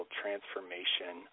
transformation